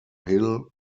hill